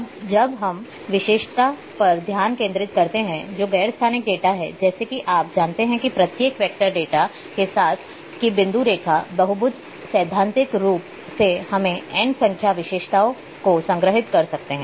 अब हम विशेषता पर ध्यान केंद्रित करते हैं और जो गैर स्थानिक डेटा है जैसा कि आप जानते हैं कि प्रत्येक वेक्टर डेटा के साथ कि बिंदु रेखा बहुभुज सैद्धांतिक रूप से हम n संख्या विशेषताओं को संग्रहीत कर सकते हैं